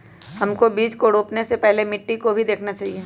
हमको बीज को रोपने से पहले मिट्टी को भी देखना चाहिए?